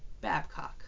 Babcock